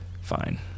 Fine